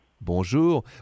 Bonjour